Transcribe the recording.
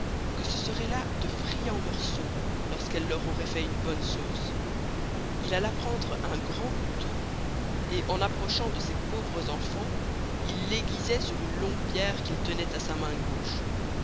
que ce seroient là de friands morceaux lors qu'elle leur auroit fait une bonne sausse il alla prendre un grand couteau et en approchant de ces pauvres enfans il l'aiguisoit sur une longue pierre qu'il tenoit à sa main gauche